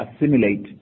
assimilate